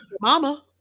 mama